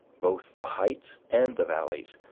both the heights and the valleys,